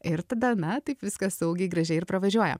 ir tada na taip viskas saugiai gražiai ir pravažiuoja